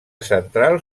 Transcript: central